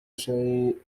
شيء